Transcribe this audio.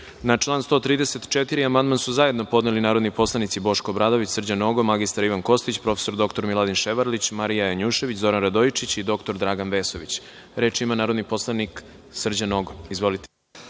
član 134. amandman su zajedno podneli narodni poslanici Boško Obradović, Srđan Nogo, mr Ivan Kostić, prof. dr Miladin Ševarlić, Marija Janjušević, Zoran Radojičić i dr Dragan Vesović. Reč ima narodni poslanik Srđan Nogo. Izvolite.